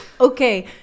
Okay